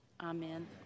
Amen